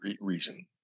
reason